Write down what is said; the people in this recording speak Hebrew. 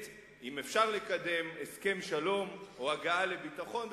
אם אפשר לקדם, הסכם שלום או הגעה לביטחון.